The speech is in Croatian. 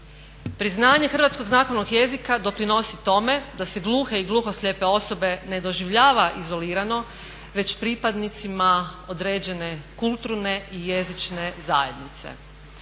Priznanje hrvatskog znakovnog jezika doprinosi tome da se gluhe i gluhoslijepe osobe ne doživljava izolirano već pripadnicima određene kulturne i jezične zajednice.